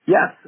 Yes